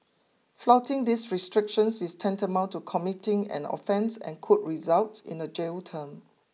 flouting these restrictions is tantamount to committing an offence and could result in a jail term